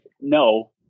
no